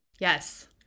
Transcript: Yes